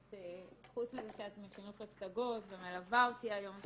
חוץ מזה שאת מחינוך לפסגות ומלווה אותי היום,